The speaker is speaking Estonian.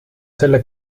selle